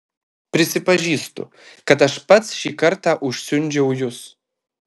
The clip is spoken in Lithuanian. prisipažįstu kad aš pats šį kartą užsiundžiau jus